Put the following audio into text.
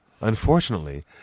Unfortunately